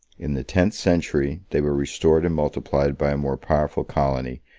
in the tenth century, they were restored and multiplied by a more powerful colony,